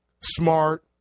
smart